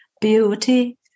beauty